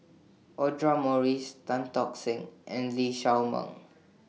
Audra Morrice Tan Tock Seng and Lee Shao Meng